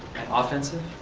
offensive,